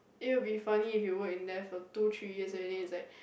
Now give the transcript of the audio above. it will be funny if he work in there for two three years and then he's like